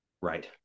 Right